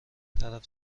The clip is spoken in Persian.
طرف